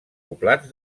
poblats